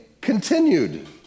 continued